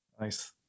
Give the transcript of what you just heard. Nice